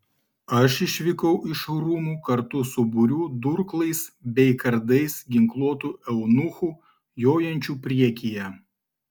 aš išvykau iš rūmų kartu su būriu durklais bei kardais ginkluotų eunuchų jojančių priekyje